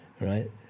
Right